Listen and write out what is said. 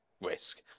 risk